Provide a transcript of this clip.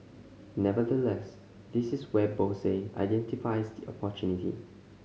nevertheless this is where Bose identifies opportunity